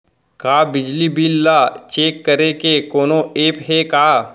का बिजली बिल ल चेक करे के कोनो ऐप्प हे का?